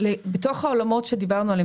בתוך העולמות שדיברנו עליהם,